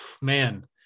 man